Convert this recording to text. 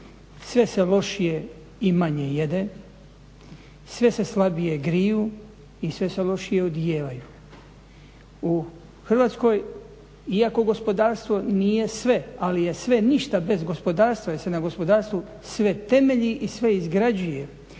Sve se lošije i manje jede, sve se slabije griju i sve se lošije odijevaju. U Hrvatskoj iako gospodarstvo nije sve, ali je sve ništa bez gospodarstva, jer se na gospodarstvu sve temelji i sve izgrađuje,